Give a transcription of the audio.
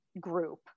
group